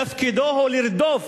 תפקידו הוא לרדוף